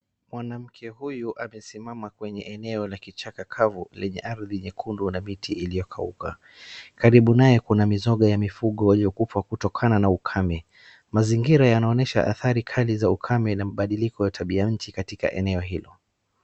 Mwanamke huyu amesimama kwenye eneo la kichaka kavu lenye ardhi nyekundu na miti iliokauka . Karibu naye kuna misoga ya mifugo waliokufa kutokana na ukame .Mazingira yanaonyesha athari kali za ukame na mabadiliko ya tabia nchi katika eneo hilo.